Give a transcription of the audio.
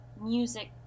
music